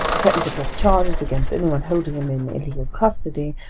threatened to press charges against anyone holding him in illegal custody,